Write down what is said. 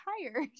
tired